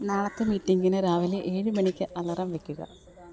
നാളത്തെ മീറ്റിങ്ങിന് രാവിലെ ഏഴ് മണിക്ക് അലാറം വയ്ക്കുക